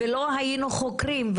לא היינו חוקרים,